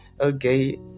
Okay